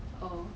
oh